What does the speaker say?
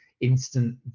instant